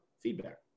feedback